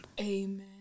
Amen